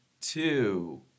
two